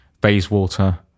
Bayswater